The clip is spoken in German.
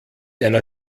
einer